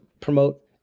promote